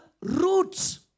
roots